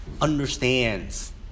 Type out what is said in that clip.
understands